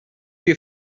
you